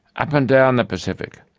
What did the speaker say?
up and down the pacific,